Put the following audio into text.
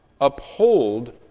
uphold